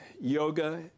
yoga